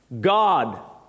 God